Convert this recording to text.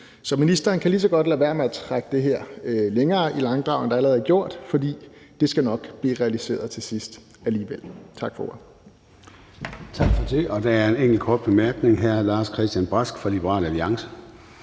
Så ministeren kan lige så godt lade være med at trække det her længere i langdrag, end det allerede er blevet gjort, for det skal nok blive realiseret til sidst alligevel. Tak for ordet. Kl. 17:16 Formanden (Søren Gade): Tak for det, og der er en enkelt kort bemærkning. Hr. Lars-Christian Brask fra Liberal Alliance.